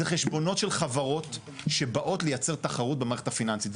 זה חשבונות של חברות שבאות לייצר תחרות במערכת הפיננסית.